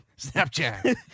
Snapchat